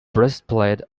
breastplate